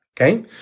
Okay